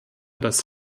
das